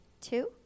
two